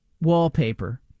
wallpaper